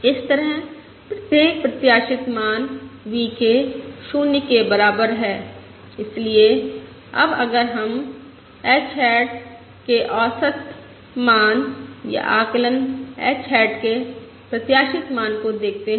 इस तरह प्रत्येक प्रत्याशित मान V k 0 के बराबर है इसलिए अब अगर हम आकलन h हैट के औसत मान या आकलन h हैट के प्रत्याशित मान को देखते हैं